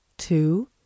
Two